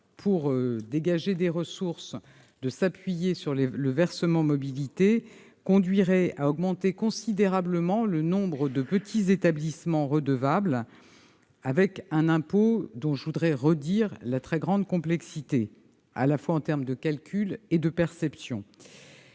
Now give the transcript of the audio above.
pour dégager des ressources conduirait à augmenter considérablement le nombre de petits établissements redevables d'un impôt dont je voudrais redire la très grande complexité à la fois en termes de calcul et de perception.